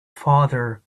father